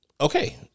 okay